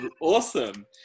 awesome